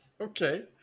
Okay